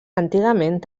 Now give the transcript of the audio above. antigament